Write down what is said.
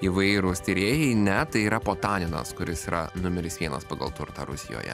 įvairūs tyrėjai ne tai yra potaninas kuris yra numeris vienas pagal turtą rusijoje